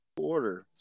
order